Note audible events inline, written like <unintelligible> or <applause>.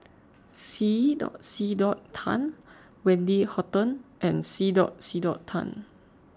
C <unintelligible> C <unintelligible> Tan Wendy Hutton and C <unintelligible> C <unintelligible> Tan